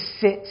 sit